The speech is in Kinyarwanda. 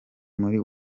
muri